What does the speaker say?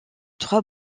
trois